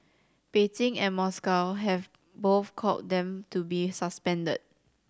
Beijing and Moscow have both called them to be suspended